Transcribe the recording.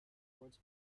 towards